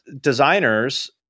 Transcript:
designers